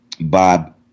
Bob